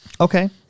Okay